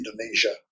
Indonesia